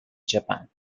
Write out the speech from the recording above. japan